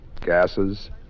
gases